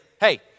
Hey